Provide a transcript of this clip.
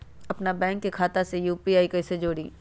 अपना बैंक खाता के यू.पी.आई से कईसे जोड़ी?